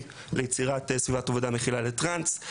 ליצירת סביבת עבודה מכילה לטרנס.